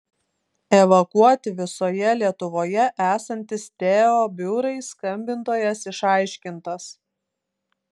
evakuoti visoje lietuvoje esantys teo biurai skambintojas išaiškintas